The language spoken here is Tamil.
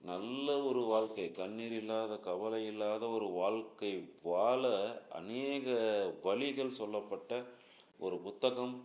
நல்ல ஒரு வாழ்க்கை கண்ணீர் இல்லாத கவலை இல்லாத ஒரு வாழ்க்கை வாழ அநேக வழிகள் சொல்லப்பட்ட ஒரு புத்தகம்